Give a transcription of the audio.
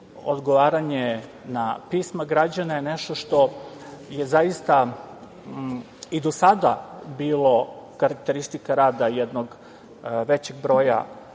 odgovaranje na pisma građana je nešto što je zaista i do sada bilo karakteristika rada jednog većeg broja